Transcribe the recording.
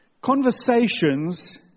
Conversations